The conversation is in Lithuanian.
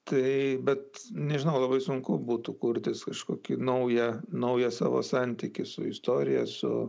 tai bet nežinau labai sunku būtų kurtis kažkokį naują naują savo santykį su istorija su